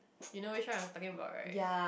you know which one I am talking about right